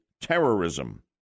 terrorism